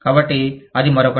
కాబట్టి అది మరొకటి